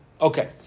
Okay